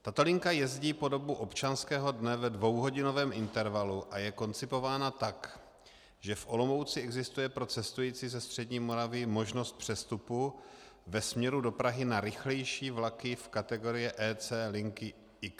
Tato linka jezdí po dobu občanského dne ve dvouhodinovém intervalu a je koncipována tak, že v Olomouci existuje pro cestující ze střední Moravy možnost přestupu ve směru do Prahy na rychlejší vlaky v kategorii EC linky Ex2.